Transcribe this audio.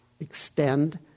Extend